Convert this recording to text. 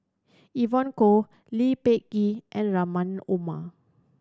Evon Kow Lee Peh Gee and Rahim Omar